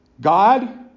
God